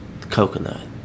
Coconut